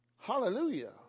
Hallelujah